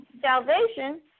salvation